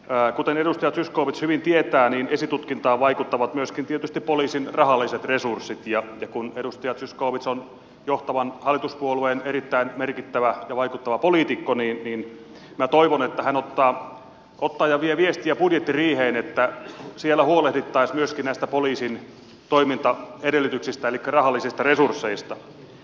kuten edustaja zyskowicz hyvin tietää esitutkintaan vaikuttavat myös tietysti poliisin rahalliset resurssit ja kun edustaja zyskowicz on johtavan hallituspuolueen erittäin merkittävä ja vaikuttava poliitikko niin minä toivon että hän ottaa ja vie viestiä budjettiriiheen että siellä huolehdittaisiin myös näistä poliisin toimintaedellytyksistä elikkä rahallisista resursseista